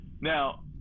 Now